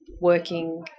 working